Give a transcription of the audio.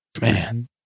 Man